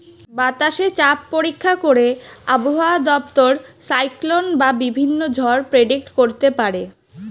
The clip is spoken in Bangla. বাতাসে চাপ পরীক্ষা করে আবহাওয়া দপ্তর সাইক্লোন বা বিভিন্ন ঝড় প্রেডিক্ট করতে পারে